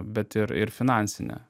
bet ir ir finansine